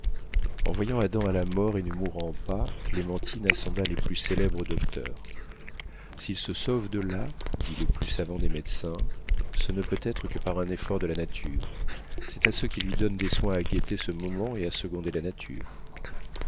en voyant adam à la mort et ne mourant pas clémentine assembla les plus célèbres docteurs s'il se sauve de là dit le plus savant des médecins ce ne peut être que par un effort de la nature c'est à ceux qui lui donnent des soins à guetter ce moment et seconder la nature